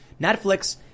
Netflix